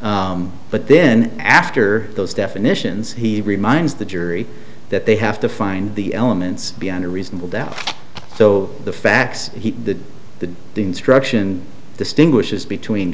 but then after those definitions he reminds the jury that they have to find the elements beyond a reasonable doubt so the facts that the instruction distinguishes between